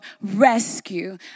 rescue